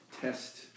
test